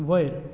वयर